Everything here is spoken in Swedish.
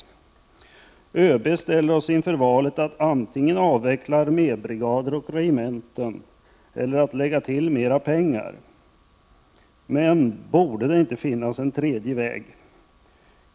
ÖB ställer oss inför valet att antingen avveckla armébrigader och regementen eller lägga till mera pengar. Men borde det inte finnas en tredje väg?